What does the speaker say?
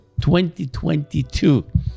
2022